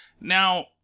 now